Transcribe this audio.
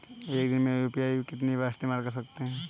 एक दिन में यू.पी.आई का कितनी बार इस्तेमाल कर सकते हैं?